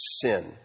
sin